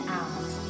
out